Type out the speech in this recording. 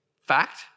Fact